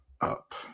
up